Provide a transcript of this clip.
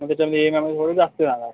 म्हणजे तुम्ही ई एम आयमध्ये भरून जास्ती जाणार